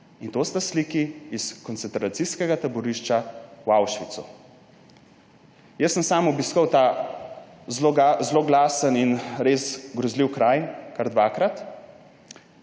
In to sta sliki iz koncentracijskega taborišča v Auschwitzu. Jaz sem sam obiskal ta zloglasen in res grozljiv kraj kar dvakrat.